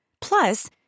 Plus